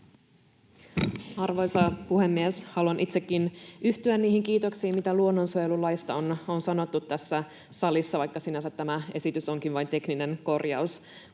Arvoisa puhemies! Haluan itsekin yhtyä niihin kiitoksiin, mitä luonnonsuojelulaista on sanottu tässä salissa. Vaikka sinänsä tämä esitys onkin vain tekninen korjaus,